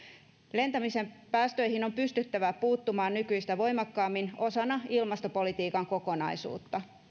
lentämisen päästöihin on pystyttävä puuttumaan nykyistä voimakkaammin osana ilmastopolitiikan kokonaisuutta